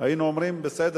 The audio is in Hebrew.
היינו אומרים: בסדר,